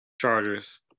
Chargers